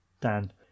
Dan